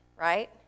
right